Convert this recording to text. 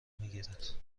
میگیرد